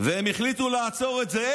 הם החליטו לעצור את זה.